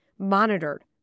monitored